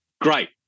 Great